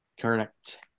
Correct